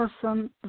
person